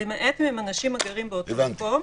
למעט אם הם אנשים הגרים באותו מקום,